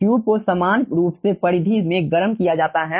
tube को समान रूप से परिधि में गर्म किया जाता है